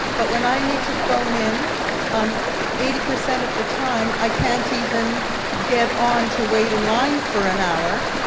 but when i need to phone, in um eighty percent of the time i can't even get on to wait in line for an hour,